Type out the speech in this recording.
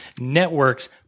Network's